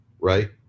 right